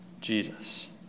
Jesus